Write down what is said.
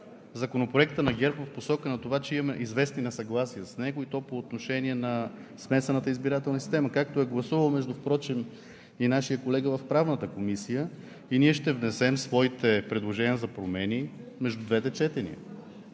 Законопроекта на ГЕРБ в посока на това, че имаме известни несъгласия с него, и то по отношение на смесената избирателна система – както е гласувал, между другото, и нашият колега в Правната комисия. Ние ще внесем своите предложения за промени между двете четения.